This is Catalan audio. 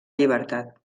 llibertat